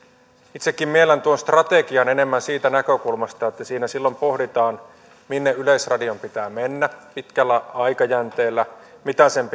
itsekin miellän tuon strategian enemmän siitä näkökulmasta että siinä silloin pohditaan minne yleisradion pitää mennä pitkällä aikajänteellä mitä sen